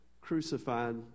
crucified